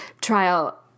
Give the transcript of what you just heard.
trial